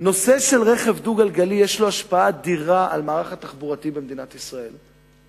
שלנושא של רכב דו-גלגלי יש השפעה אדירה על המערך התחבורתי במדינת ישראל.